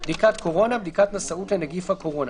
"בדיקת קורונה" בדיקת נשאות לנגיף הקורונה,